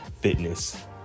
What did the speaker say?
fitness